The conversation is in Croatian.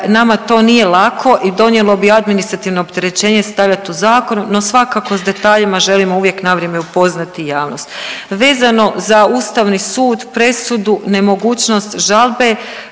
nama to nije lako i donijelo bi administrativno opterećenje stavljat u zakon, no svakako s detaljima želimo uvijek na vrijeme upoznati javnost. Vezano za Ustavni sud, presudu, nemogućnost žalbe